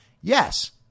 Yes